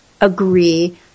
agree